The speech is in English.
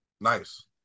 Nice